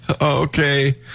Okay